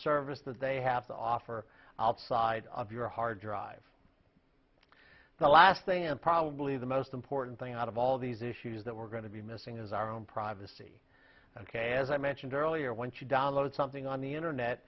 service that they have to offer outside of your hard drive the last thing and probably the most important thing out of all these issues that we're going to be missing is our own privacy ok as i mentioned earlier when she downloaded something on the internet